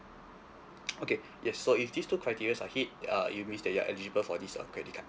okay yes so if these two criteria are hit uh you mean that you're eligible for this uh credit card